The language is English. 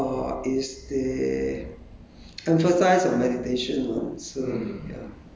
and then but the monasteries that I went to err is they